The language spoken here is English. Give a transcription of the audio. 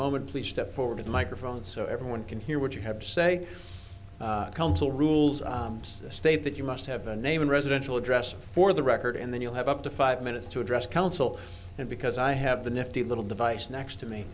moment please step forward to the microphone so everyone can hear what you have to say council rules state that you must have a name and residential address for the record and then you'll have up to five minutes to address council and because i have the nifty little device next to me